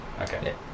Okay